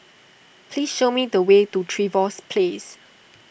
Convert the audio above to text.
please show me the way to Trevose Place